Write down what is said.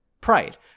pride